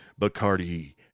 Bacardi